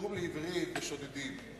התרגום לעברית הוא השודדים.